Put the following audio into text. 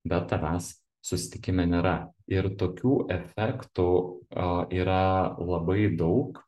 bet tavęs susitikime nėra ir tokių efektų a yra labai daug